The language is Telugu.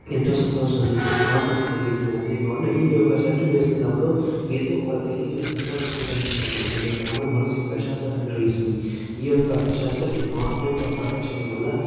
ఎంతో సంతోషాన్ని అనుభూతిని కలిగించింది అంతేకాకుండా ఈ యొక్క షర్టు వేసుకున్నప్పుడు ఏదో ఒక తెలియని సంతోషాన్ని కలిగిస్తుంది అంతేకాకుండా మనసుకి ప్రశాంతతని కలిగిస్తుంది ఈ యొక్క షర్ట్ ని ఆన్లైన్ లో ఆర్డర్ చేయడం వల్ల